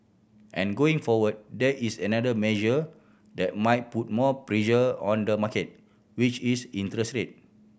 and going forward there is another measure that might put more pressure on the market which is interest rate